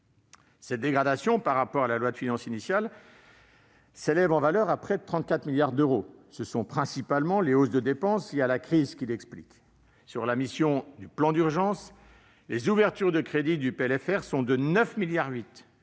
Cette dégradation par rapport à la loi de finances initiale s'élève en valeur à près de 34 milliards d'euros. Ce sont principalement les hausses de dépenses liées à la crise qui l'expliquent. Sur la mission « Plan d'urgence face à la crise sanitaire », les ouvertures de crédit du PLFR sont de 9,8 milliards